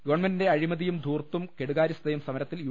ഗവൺമെന്റിന്റെ അഴിമതിയും ധൂർത്തും കെടുകാര്യസ്ഥതയും സമരത്തിൽ യു